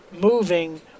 moving